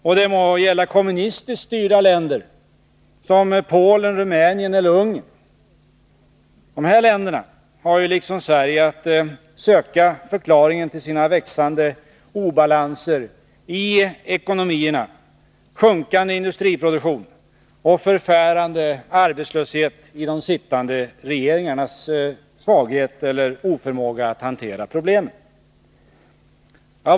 Och det må gälla kommunistiskt styrda länder som Polen, Rumänien och Ungern. Växande obalans i ekonomin, sjunkande industriproduktion och förfärande arbetslöshet skulle alltså dessa länder liksom Sverige ha att söka i de sittande regeringarnas svaghet eller oförmåga att hantera problemen.